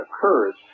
occurs